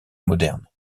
moderne